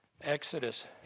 Exodus